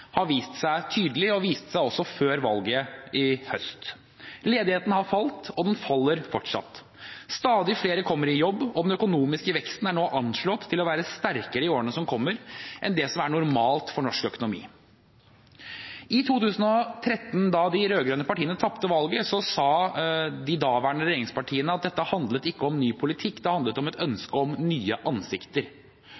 har vist seg tydelig og viste seg også før valget i høst: Ledigheten har falt, og den faller fortsatt. Stadig flere kommer i jobb, og den økonomiske veksten er nå anslått til å bli sterkere i årene som kommer, enn det som er normalt for norsk økonomi. I 2013, da de rød-grønne partiene tapte valget, sa de daværende regjeringspartiene at dette handlet ikke om ny politikk, det handlet om et